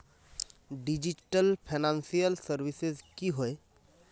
Digital financial services की होय?